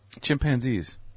Chimpanzees